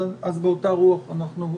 רוח.